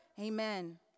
Amen